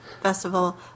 Festival